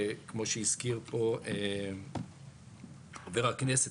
וכמו שהזכיר פה חבר הכנסת,